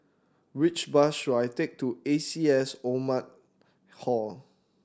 which bus should I take to A C S Oldham Hall